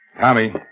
Tommy